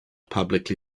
publicly